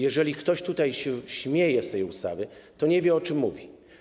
Jeżeli ktoś tutaj śmieje się z tej ustawy, to nie wie, o czym mówi.